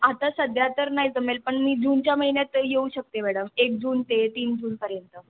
आता सध्या तर नाही जमेल पण मी जूनच्या महिन्यात येऊ शकते मॅडम एक जून ते तीन जूनपर्यंत